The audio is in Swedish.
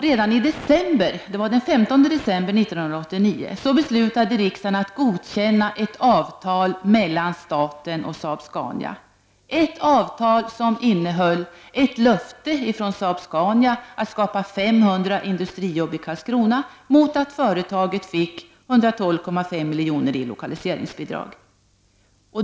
Redan den 15 december 1989 beslutade riksdagen att godkänna ett avtal mellan staten och Saab-Scania, ett avtal som innehöll ett löfte från Saab-Scania att skapa 500 industrijobb i Karlskrona mot att företaget fick 112,5 milj.kr. i lokaliseringsbidrag.